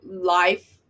life